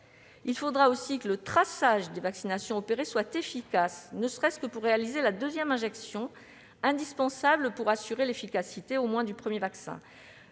Il faudra aussi que le traçage des vaccinations opérées soit efficace, ne serait-ce que pour réaliser la seconde injection, indispensable pour assurer l'efficacité du premier vaccin,